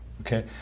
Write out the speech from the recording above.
Okay